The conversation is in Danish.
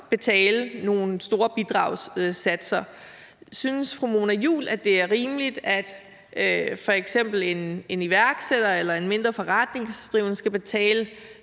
betale store bidragssatser. Synes fru Mona Juul, det er rimeligt, at f.eks. en iværksætter eller en mindre forretningsdrivende skal betale